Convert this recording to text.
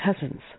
cousins